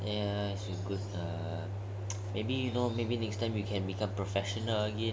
ya you so good maybe next time you know you can become professional again